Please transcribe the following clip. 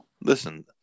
Listen